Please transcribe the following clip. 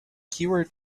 keyword